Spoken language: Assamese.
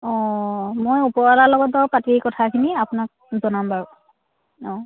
অঁ মই ওপৰৱালাৰ লগত বাৰু পাতি কথাখিনি আপোনাক জনাম বাৰু অঁ